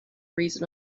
reason